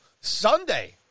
Sunday